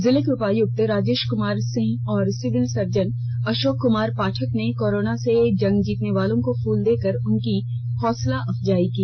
जिले के उपायुक्त राजेश कुमार सिंह और सिविल सर्जन अशोक कमार पाठक ने कोरोना से जंग जीतने वालों को फूल देकर उनकी हौसला अफजाई की